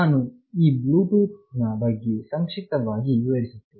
ನಾನು ಈಗ Bluetooth ನ ಬಗ್ಗೆ ಸಂಕ್ಷಿಪ್ತವಾಗಿ ವಿವರಿಸುತ್ತೇನೆ